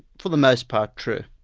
for the most part, true.